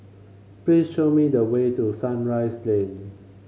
please show me the way to Sunrise Lane